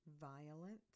Violent